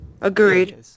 Agreed